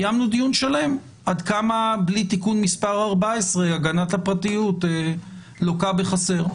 קיימנו דיון שלם עד כמה בלי תיקון מס' 14 הגנת הפרטיות לוקה בחסר.